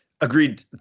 Agreed